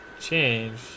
change